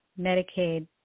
Medicaid